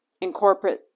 incorporate